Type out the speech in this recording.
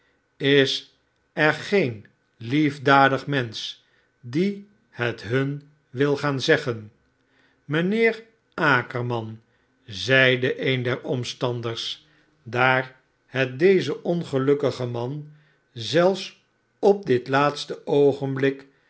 is er geen liefdadig mensch die het hun wil gaan zeggen mijnheer akerman zeide een der omstanders sdaar het dezen ongelukkigen man zelfs op dit iaatste oogenblik